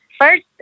First